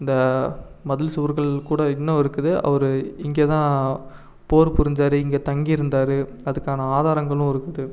இந்த மதில் சுவர்கள் கூட இன்னும் இருக்குது ஒரு இங்கே தான் போர் புரிஞ்சார் இங்கே தங்கி இருந்தார் அதுக்கான ஆதாரங்களும் இருக்குது